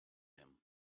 him